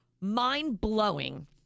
mind-blowing